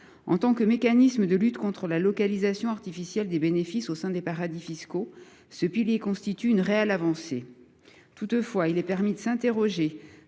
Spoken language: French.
En tant que mécanisme de lutte contre la localisation artificielle des bénéfices au sein des paradis fiscaux, ce pilier constitue une réelle avancée. Toutefois, il est permis de s’interroger